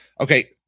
Okay